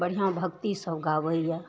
बढ़िआँ भक्ति सब गाबैए